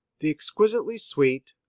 the exquisitely sweet,